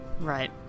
right